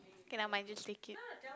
okay lah I just take it